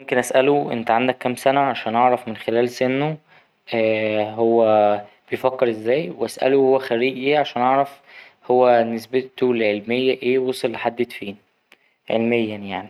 ممكن أسأله أنت عندك كام سنة عشان أعرف من خلال سنه هو بيفكر ازاي وأسأله هو خريج ايه عشان أعرف هو نسبته العلمية ايه ووصل لحدت فين علميا يعني.